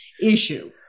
issue